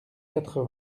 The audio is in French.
quatre